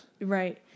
right